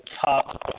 top